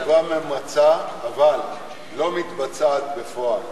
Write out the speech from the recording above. התשובה ממצה, אבל לא מתבצעת בפועל.